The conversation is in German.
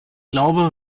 glaube